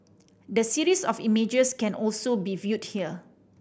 the series of images can also be viewed here